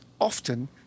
often